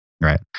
Right